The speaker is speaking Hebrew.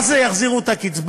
מה זה "יחזירו את הקצבה"?